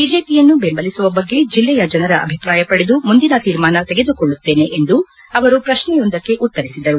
ಬಿಜೆಪಿಯನ್ನು ದೆಂಬಲಿಸುವ ಬಗ್ಗೆ ದಿಲ್ಲೆಯ ಜನರ ಅಭಿಪ್ರಾಯ ಪಡೆದು ಮುಂದಿನ ತೀರ್ಮಾನ ತೆಗೆದುಕೊಳ್ಳುತ್ತೇನೆ ಎಂದು ಅವರು ಪ್ರಶ್ನೆಯೊಂದಕ್ಕೆ ಉತ್ತರಿಸಿದರು